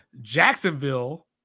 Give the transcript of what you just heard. Jacksonville